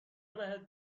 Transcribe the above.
بهت